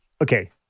okay